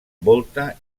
volta